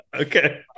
Okay